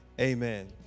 amen